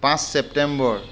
পাঁচ চেপ্তেম্বৰ